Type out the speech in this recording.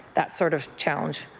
that sort of challenge?